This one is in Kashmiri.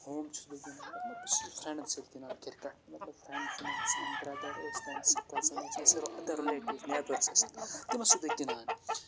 ہوم چھُ بہٕ گِندان مطلب بہٕ چھُس فرٛٮنٛڈَن سۭتۍ گِنٛدان کِرکَٹ مطلب فرٛٮ۪نڈ چھِ مےٚ آسان بریدر ٲسۍ تن سُہ کزِن ٲسۍ تن سُہ اَدَر لیٹِوز نیبرٕ ٲسۍ تن تمَن سۭتۍ چھُس بہٕ گِندان